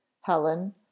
Helen